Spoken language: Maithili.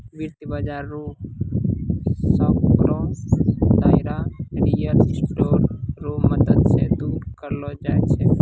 वित्त बाजार रो सांकड़ो दायरा रियल स्टेट रो मदद से दूर करलो जाय छै